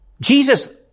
Jesus